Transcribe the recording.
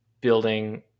building